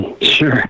Sure